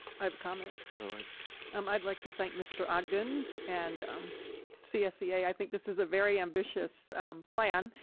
i have a comment. all right. um i'd like to thank mr. ogden and um csea. i think this is a very ambitious plan,